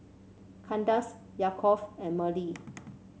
Kandace Yaakov and Merle